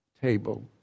table